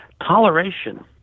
toleration